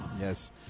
Yes